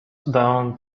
down